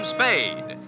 Spade